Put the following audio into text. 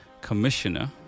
commissioner